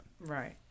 Right